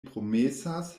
promesas